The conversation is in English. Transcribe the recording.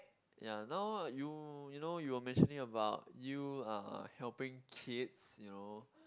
ya now you you know you were mentioning about you uh helping kids you know